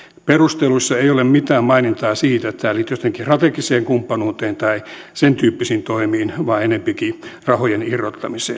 perusteluissa ei ole mitään mainintaa siitä että tämä liittyisi jotenkin strategiseen kumppanuuteen tai sentyyppisiin toimiin vaan tämä on enempikin rahojen irrottamista